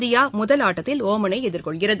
India முதல் ஆட்டத்தில் ஓமனை எதிர்கொள்கிறது